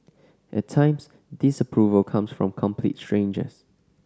at times disapproval comes from complete strangers